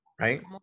right